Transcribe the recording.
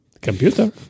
Computer